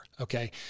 okay